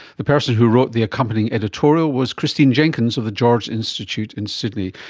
the person who wrote the accompanying editorial was christine jenkins of the george institute in sydney.